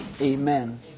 Amen